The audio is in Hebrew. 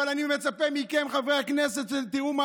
אבל אני מצפה מכם, חברי הכנסת: תראו מה